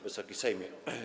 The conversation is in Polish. Wysoki Sejmie!